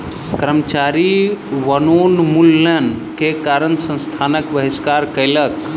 कर्मचारी वनोन्मूलन के कारण संस्थानक बहिष्कार कयलक